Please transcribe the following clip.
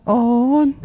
on